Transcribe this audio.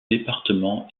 département